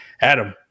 Adam